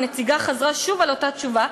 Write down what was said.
והנציגה חזרה שוב על אותה תשובה,